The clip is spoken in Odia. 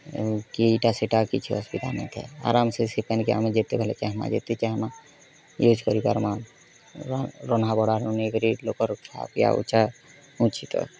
କି ଇଟା ସେଟା କିଛି ଅସୁବିଧା ନାଇଁ ଥାଏ ଆରମ୍ସେ ସେ ପାଏନ୍କେ ଆମେ ଯେତେବେଲେ ଚାହେମା ଯେତେ ଚାହେମା ୟୁଜ୍ କରିପାର୍ମା ରନ୍ଧା ବଢ଼ାରୁ ନେଇ କରି ଲୋକର୍ ଖିଆ ପିଆ ଉଁଚା ଉଁଚି ତକ୍